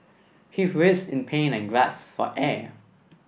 he writhed in pain and gasped for air